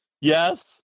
Yes